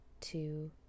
two